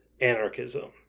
anarchism